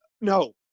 No